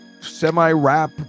semi-rap